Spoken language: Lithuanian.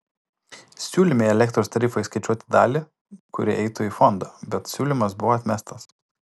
siūlėme į elektros tarifą įskaičiuoti dalį kuri eitų į fondą bet siūlymas buvo atmestas